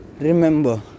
remember